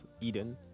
Eden